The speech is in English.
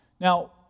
Now